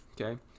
okay